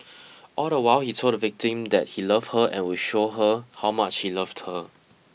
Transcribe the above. all the while he told the victim that he loved her and would show her how much he loved her